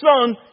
son